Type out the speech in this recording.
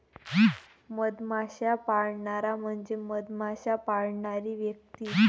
मधमाश्या पाळणारा म्हणजे मधमाश्या पाळणारी व्यक्ती